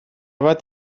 bat